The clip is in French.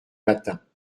matin